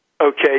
Okay